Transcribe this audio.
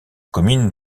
commune